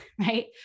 right